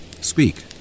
Speak